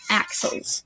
axles